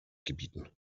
gebieten